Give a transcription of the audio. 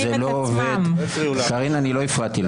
לעשות הפיכה כל כך